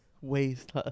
Waste